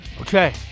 okay